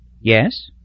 Yes